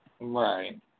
Right